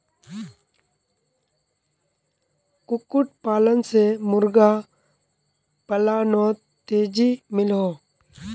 कुक्कुट पालन से मुर्गा पालानोत तेज़ी मिलोहो